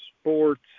sports